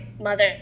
mother